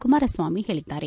ಕುಮಾರಸ್ವಾಮಿ ಹೇಳಿದ್ದಾರೆ